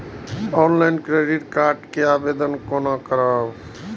Online credit card के आवेदन कोना करब?